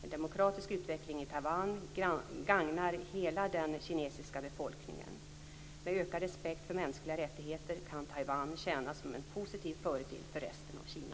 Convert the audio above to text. En demokratisk utveckling i Taiwan gagnar hela den kinesiska befolkningen. Med ökad respekt för mänskliga rättigheter kan Taiwan tjäna som en positiv förebild för resten av Kina.